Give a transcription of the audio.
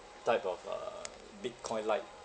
type of uh Bitcoin like